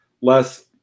less